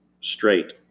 straight